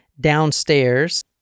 downstairs